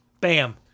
Bam